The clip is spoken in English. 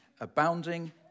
abounding